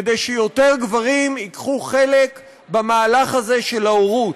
כדי שיותר גברים ייקחו חלק במהלך הזה של ההורות.